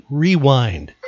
rewind